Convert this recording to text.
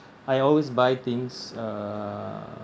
I always buy things uh